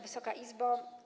Wysoka Izbo!